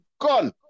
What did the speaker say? gone